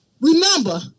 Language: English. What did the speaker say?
Remember